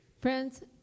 Friends